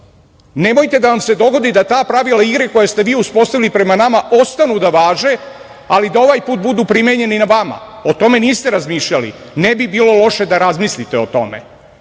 Nemojte da vam se dogodi da ta pravila igre koje ste vi uspostavili prema nama ostanu da važe, ali da ovaj put budu primenjeni na vama o tome niste razmišljali, ne bi bilo loše da razmislite o